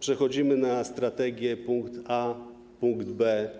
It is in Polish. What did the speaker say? Przechodzimy na strategię: punkt A, punkt B,